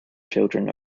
children